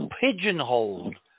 pigeonholed